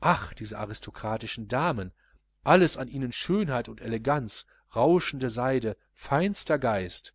ach diese aristokratischen damen alles an ihnen schönheit und eleganz rauschende seide feinster geist